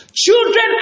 Children